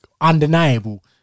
Undeniable